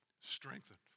strengthened